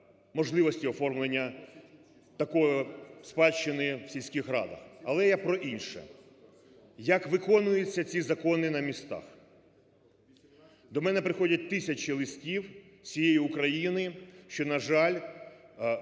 можливості оформлення такої спадщини в сільських радах. Але я про інше: як виконуються ці закони на місцях. До мене приходять тисячі листів з усієї України, що, на, жаль,